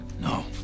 No